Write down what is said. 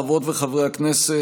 חברות וחברי הכנסת,